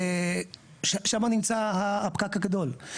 שם נמצא הפקק הגדול.